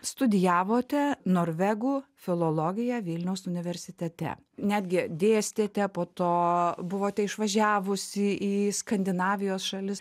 studijavote norvegų filologiją vilniaus universitete netgi dėstėte po to buvote išvažiavusi į skandinavijos šalis